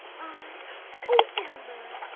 i oh, elmer!